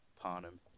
Parnham